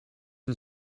and